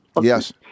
Yes